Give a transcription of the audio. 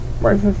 Right